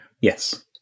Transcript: yes